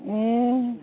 ए